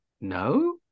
No